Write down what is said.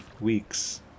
weeks